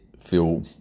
feel